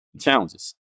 challenges